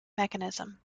mechanism